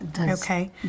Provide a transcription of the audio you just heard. Okay